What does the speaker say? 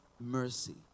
mercy